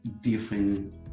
different